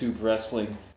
Wrestling